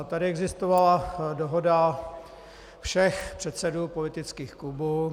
Tady existovala dohoda všech předsedů politických klubů.